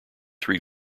three